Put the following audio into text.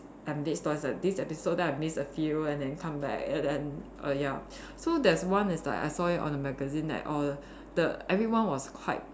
and bits stories then this episode that I miss a few and then come back and then err ya so there's one is like I saw it on the magazine that orh the everyone was quite